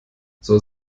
soll